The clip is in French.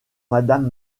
madame